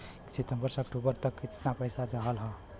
सितंबर से अक्टूबर तक कितना पैसा रहल ह?